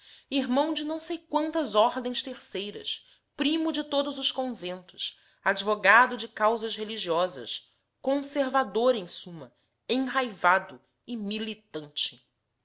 irmão de não sei quantas ordens terceiras primo de todos os conventos advogado de causas religiosas conservador em suma enraivado e militante